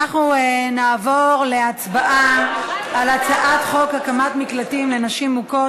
אנחנו נעבור להצבעה על הצעת חוק הקמת מקלטים לנשים מוכות,